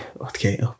okay